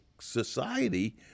society